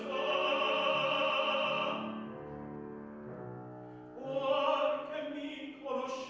whoa whoa whoa